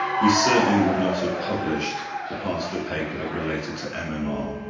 we certainly would not have published the part of the paper that related to and mmr,